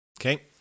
Okay